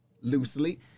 loosely